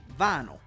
vinyl